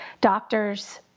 doctor's